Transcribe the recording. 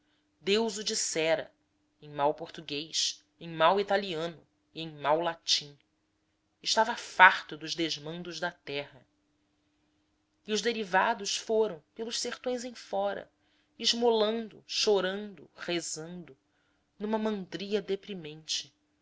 deus o dissera em mau português em mau italiano e em mau latim estava farto dos desmandos da terra e os desvairados foram pelos sertões em fora esmolando chorando rezando numa mândria deprimente